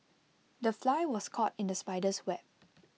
the fly was caught in the spider's web